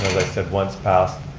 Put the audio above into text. said, once passed,